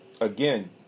again